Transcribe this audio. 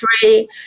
free